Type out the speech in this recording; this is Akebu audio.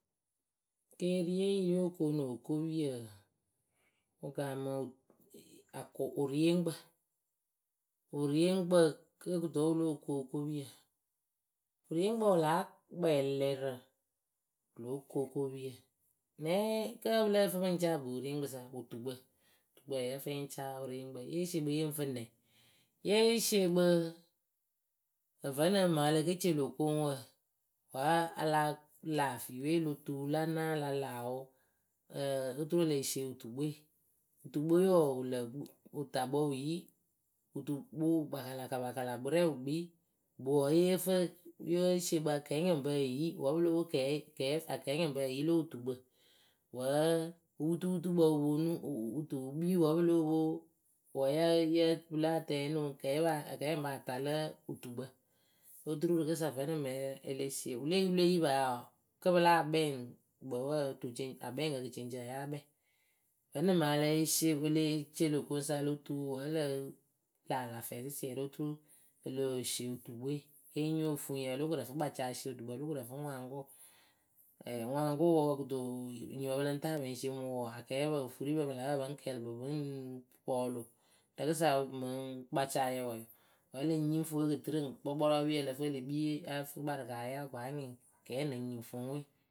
Keeriye yó̌o koonu okopiyǝ wɨ kaamɨ akʊ wɨrieŋkpǝ. Wɨrieŋkpǝ kǝ́ kuto wǝ́ wɨ lóo ku okopiyǝ?. Wɨrieŋkpǝ wɨ láa kpɛɛ lɛrǝ. Wɨ lóo ku okopiyǝ. Nɛɛɛ kǝ́ pɨ lǝ fɨ pɨ ŋ caa ŋkpɨ wɨrieŋkpɨsa, wɨtukpǝ, tukpǝǝ yǝ́ǝ fɨ yɨ ŋ caa wɨrieŋkpǝ. Yée sie kpɨ yɨ ŋ fɨ nɛ? yée sie kpɨ ǝvǝnɨŋ mɨŋ ǝ le ke ce lö koŋwǝ, wǝ́ a la laa fiiwe o lo tuu la naa la laa wʊ, ǝǝ oturu e leh sie wɨtukpɨwe, wɨtukpɨwe wɔɔ, wɨ lǝ kp wɨtakpǝ wɨyi wɨtokpoopukpakalapakalakpɨrɛ wɨ kpii, gbʊ wǝ́ yǝ́ǝ fǝ yǝ́ǝ sie kpɨ akɛɛnyɔŋpǝ eyi, wǝ́ pɨ lóo pwo kɛɛ kɛɛ akɛɛnyɔŋpǝ eyi lo wɨtukpǝ. Wǝ́ wɨputuputukpǝ wɨ ponu wuu wu tɨ wɨ kpii wǝ́ pɨ lóo pwo wǝ́ yǝ́ǝ yǝ pɨ láa tɛŋ onuŋ kɛɛpǝa akɛɛnyɔŋpǝ ata lǝǝ wɨtukpǝ. Oturu rɨkɨsa vǝ́nɨŋ mɨŋ ǝǝ e le sie wɨleyi wɨleyi paa wɔɔ kǝ́ pɨ láa kpɛŋ kpɨ wǝǝ, tuceŋ akpɛŋkǝ kɨceŋceŋ ǝǝ́ yáa kpɛŋ. Vǝ́nɨŋ mɨ a lae sie e le ce lö koŋwɨsa o lo tu wǝ́ ǝ lǝǝ laa lä fɛɛ sɨsiɛrɩ oturu e leh sie wɨtukpɨwe. Ée nyiŋ ofuŋyǝ o lóo koru ǝfɨ kpacaa esie wɨtukpǝ o lóo koru ǝfɨ ŋwaŋkʊʊ. ŋwaŋkʊwɔ kɨto enyipǝ pɨ lɨŋ taa pɨ ŋ sie mɨ wʊ wɔɔ, akɛɛpǝ, ofuripǝ pɨ lǝ́ǝ pǝ pɨ ŋ kɛɛlɩ kpɨ pɨ ŋ pɔɔlʊ rɨkɨsa mɨŋ kpacayǝ wǝɛ, wǝ́ e le nyiŋ fuŋwe kɨtɨrɨ kpɔkpɔrɔɔpii ǝ lǝ fɨ e le kpii ǝ́ǝ fu mɨ kɨkparɨkǝ a yaʊ ko anyɩŋ kɛɛ nɨŋ nyɩŋ fuŋwe.